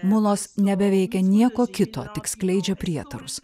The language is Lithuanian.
mulos nebeveikia nieko kito tik skleidžia prietarus